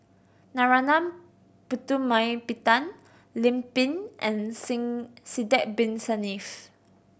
Narana Putumaippittan Lim Pin and Sidek Bin Saniff